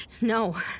No